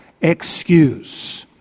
excuse